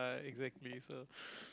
exactly so